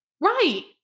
Right